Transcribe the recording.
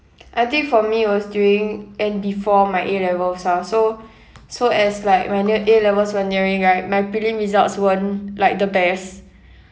I think for me it was during and before my A levels ah so so as like when near A levels were nearing right my prelim results weren't like the best